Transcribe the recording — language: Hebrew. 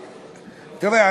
תראה,